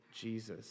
Jesus